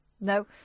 No